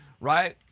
Right